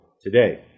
today